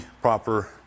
proper